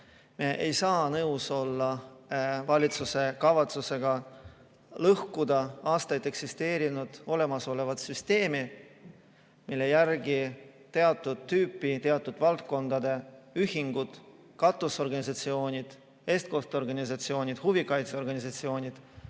Me ei saa nõus olla valitsuse kavatsusega lõhkuda aastaid eksisteerinud olemasolev süsteem, mille korral teatud tüüpi, teatud valdkondade ühingud, katusorganisatsioonid, eestkosteorganisatsioonid, huvikaitseorganisatsioonid